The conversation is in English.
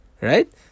right